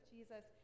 Jesus